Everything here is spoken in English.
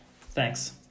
Thanks